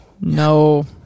No